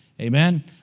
Amen